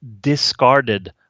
discarded